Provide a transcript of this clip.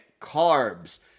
carbs